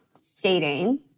stating